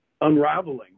unraveling